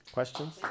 Questions